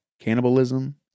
cannibalism